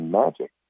magic